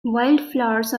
wildflowers